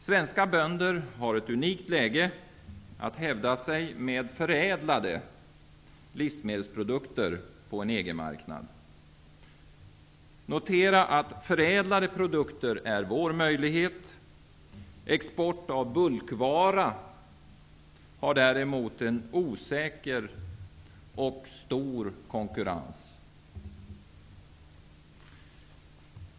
Svenska bönder har ett unikt läge att hävda sig med förädlade livsmedelsprodukter på en EG-marknad. Notera att förädlade produkter är vår möjlighet. Export av bulkvara utsätts däremot för en osäker och stor konkurrens.